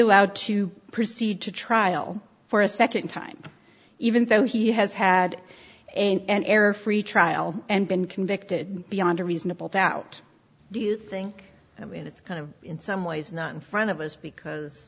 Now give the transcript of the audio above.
allowed to proceed to trial for a second time even though he has had an error free trial and been convicted beyond a reasonable doubt do you think it's kind of in some ways not in front of us because